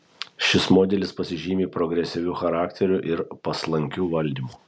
šis modelis pasižymi progresyviu charakteriu ir paslankiu valdymu